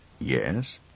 Yes